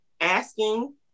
asking